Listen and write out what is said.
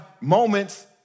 moments